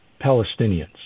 Palestinians